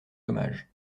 dommages